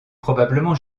probablement